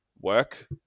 Work